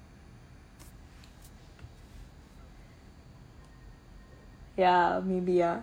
ya maybe ah